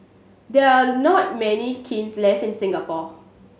there are not many kilns left in Singapore